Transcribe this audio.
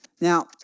Now